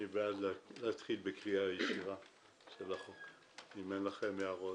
אני בעד להתחיל בקריאה של הצעת החוק אם אין לכם הערות.